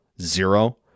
zero